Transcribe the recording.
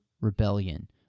rebellion